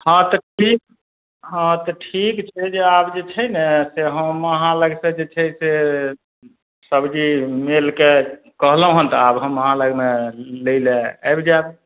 हँ तऽ ठीक हँ तऽ ठीक छै जे आब जे छै ने से हम अहाँ लगसे जे छै से सब्जी मेलके कहलहुँ हन तऽ आब हम अहाँ लगमे लै लए आबि जायब